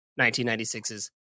1996's